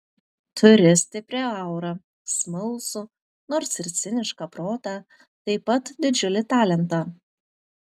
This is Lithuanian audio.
turi stiprią aurą smalsų nors ir cinišką protą taip pat didžiulį talentą